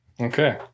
Okay